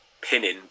pinning